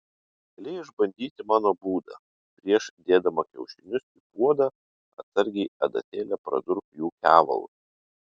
gali išbandyti mano būdą prieš dėdama kiaušinius į puodą atsargiai adatėle pradurk jų kevalus